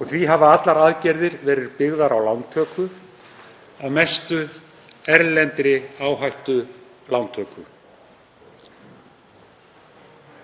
Því hafa allar aðgerðir verið byggðar á lántöku, að mestu erlendri áhættulántöku.